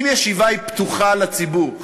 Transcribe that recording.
אם ישיבה פתוחה לציבור,